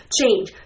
change